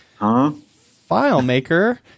FileMaker